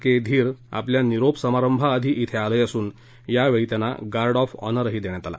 के धीर आपल्या निरोप समारभाआधी इथं आले असून यावेळी त्यांना गार्ड ऑफ ऑनर देण्यात आला